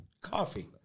coffee